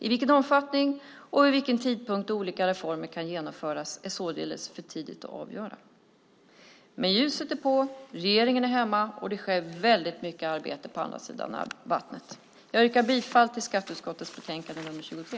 I vilken omfattning och vid vilken tidpunkt olika reformer kan genomföras är således för tidigt att avgöra. Ljuset är på. Regeringen är hemma. Det sker väldigt mycket arbete på andra sidan vattnet. Jag yrkar bifall till förslagen i skatteutskottets betänkande nr 23.